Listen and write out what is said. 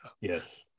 yes